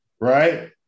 Right